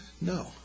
No